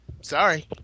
Sorry